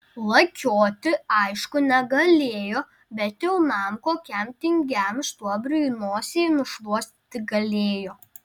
lakioti aišku negalėjo bet jaunam kokiam tingiam stuobriui nosį nušluostyti galėjo